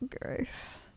Gross